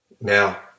Now